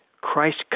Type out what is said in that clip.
Christ